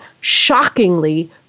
shockingly